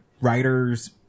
writer's